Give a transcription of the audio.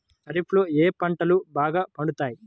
ఖరీఫ్లో ఏ పంటలు బాగా పండుతాయి?